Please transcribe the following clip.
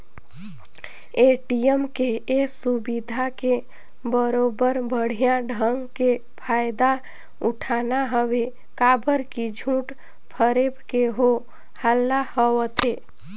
ATM के ये सुबिधा के बरोबर बड़िहा ढंग के फायदा उठाना हवे काबर की झूठ फरेब के हो हल्ला होवथे